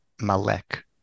Malek